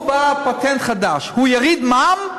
הוא בא עם פטנט חדש: הוא יוריד מע"מ,